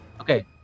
Okay